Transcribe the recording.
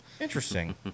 Interesting